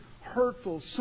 hurtful